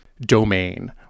domain